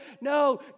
No